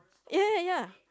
ya ya ya